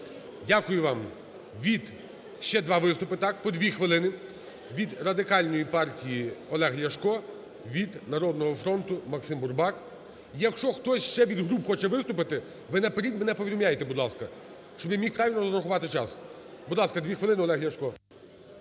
Дякую вам. Від… Ще два виступи, так, по 2 хвилини. Від Радикальної партії Олег Ляшко, від "Народного фронту" МаксимБурбак. Якщо хтось ще від груп хоче виступити, ви наперед мене повідомляйте, будь ласка, щоб я міг правильно розрахувати час. Будь ласка, 2 хвилини, Олег Ляшко.